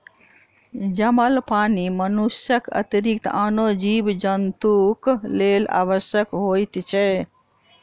जमल पानि मनुष्यक अतिरिक्त आनो जीव जन्तुक लेल आवश्यक होइत छै